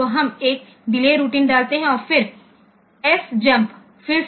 तो हम एक डिले रूटीन डालते हैं और फिर एसजेएमपी फिर से